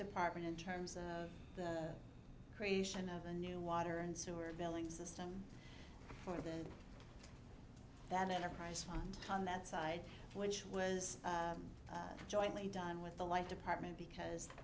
department in terms of the creation of a new water and sewer billing system for them that enterprise fund on that side which was jointly done with the life department because